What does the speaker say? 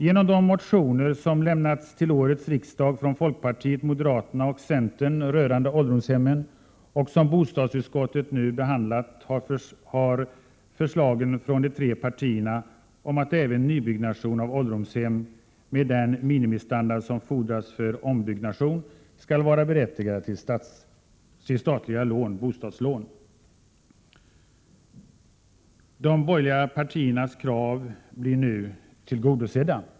Genom de motioner som lämnats till årets riksdag från folkpartiet, moderaterna och centern rörande ålderdomshemmen och som bostadsutskottet nu behandlat har förslagen från de tre partierna om att även nybyggnation av ålderdomshem, med den minimistandard som fordras vid Prot. 1987/88:126 ombyggnation, skall berättiga till statliga lån, bostadslån. De borgerliga 25 maj 1988 partiernas krav blir nu tillgodosedda.